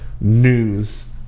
news